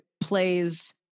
plays